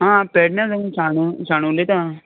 आं पेडणे सान सावन उलयता